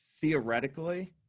theoretically